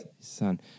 son